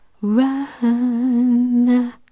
run